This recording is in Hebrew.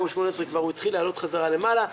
הוא כבר התחיל לעלות חזרה למעלה.